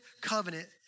covenant